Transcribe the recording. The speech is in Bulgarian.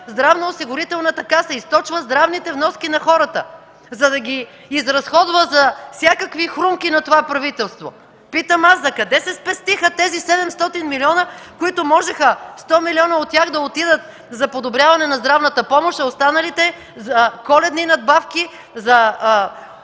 Здравноосигурителната каса, източва здравните вноски на хората, за да ги изразходва за всякакви хрумки на това правителство. Питам аз: за къде се спестиха тези 700 милиона, като можеха 100 милиона от тях да отидат за подобряване на здравната помощ, а останалите – за коледни надбавки, за